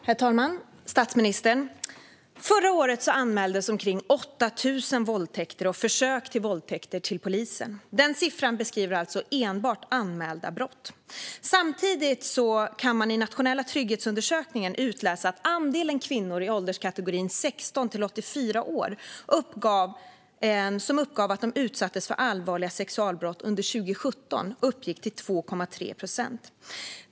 Herr talman och statsministern! Förra året anmäldes omkring 8 000 våldtäkter och försök till våldtäkter till polisen. Den siffran beskriver alltså enbart anmälda brott. Samtidigt kan man i Nationella trygghetsundersökningen utläsa att andelen kvinnor i ålderskategorin 16-84 år som uppgav att de utsatts för allvarliga sexualbrott under 2017 uppgick till 2,3 procent.